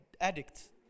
addict